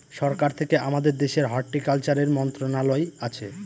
সরকার থেকে আমাদের দেশের হর্টিকালচারের মন্ত্রণালয় আছে